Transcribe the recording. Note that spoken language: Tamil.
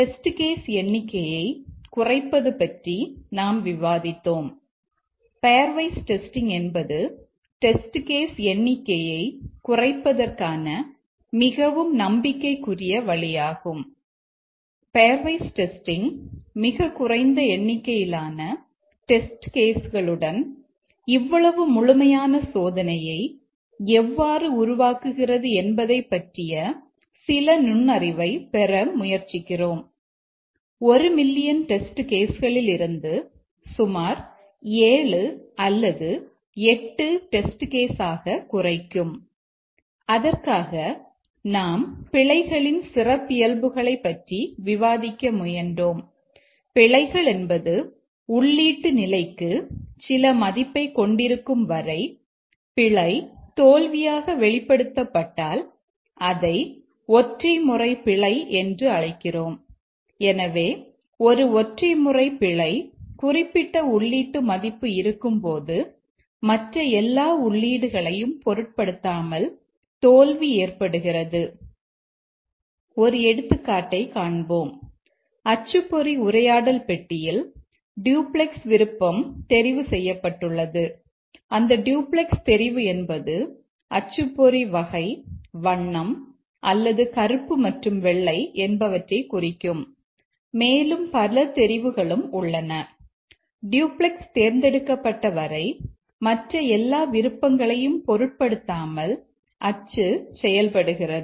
டெஸ்ட் கேஸ் தேர்ந்தெடுக்கப்பட்ட வரை மற்ற எல்லா விருப்பங்களையும் பொருட்படுத்தாமல் அச்சு செயல்படுகிறது